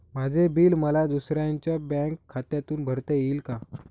माझे बिल मला दुसऱ्यांच्या बँक खात्यातून भरता येईल का?